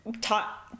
taught